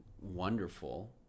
wonderful